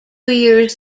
years